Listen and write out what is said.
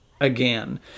again